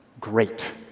great